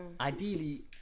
Ideally